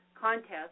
contest